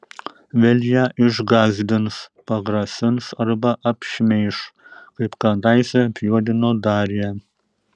vėl ją išgąsdins pagrasins arba apšmeiš kaip kadaise apjuodino darią